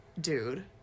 Dude